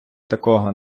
такого